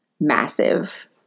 massive